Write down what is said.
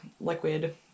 liquid